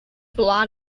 ballad